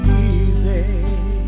easy